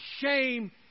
shame